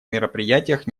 мероприятиях